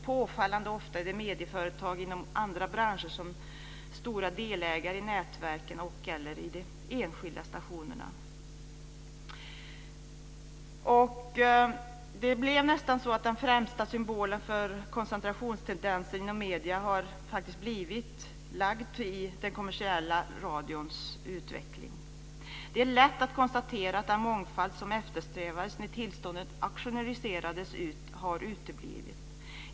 Påfallande ofta är medieföretag inom andra branscher stora delägare i nätverken och, eller, i de enskilda stationerna. Den nästan främsta symbolen för koncentrationstendenser inom medierna har faktiskt blivit den kommersiella radions utveckling. Det är lätt att konstatera att den mångfald som eftersträvades när tillstånden auktionerades ut har uteblivit.